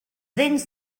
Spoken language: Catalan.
dents